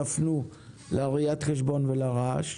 תפנו לראיית חשבון ולרעש?